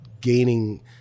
gaining